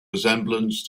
resemblance